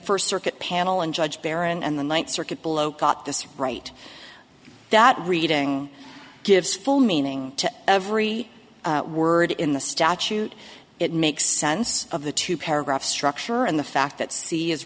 first circuit panel and judge baron and the ninth circuit below got this right that reading gives full meaning to every word in the statute it makes sense of the two paragraphs structure and the fact that